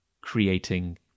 creating